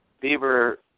beaver